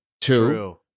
Two